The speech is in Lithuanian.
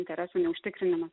interesų neužtikrinimas